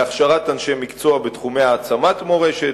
להכשרת אנשי מקצוע בתחומי העצמת מורשת,